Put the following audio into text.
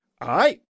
Aye